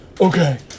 Okay